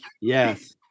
Yes